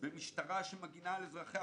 במשטרה שמגניה על אזרחיה.